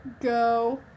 go